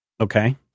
okay